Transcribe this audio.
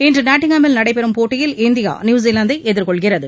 இன்று நாட்டிங்ஹாமில் நடைபெறும் போட்டியில் இந்தியா நியூசிலாந்தை எதிர்கொள்கிறது